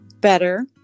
Better